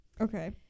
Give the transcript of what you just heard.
okay